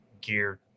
geared